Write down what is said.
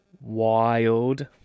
Wild